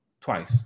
twice